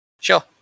Sure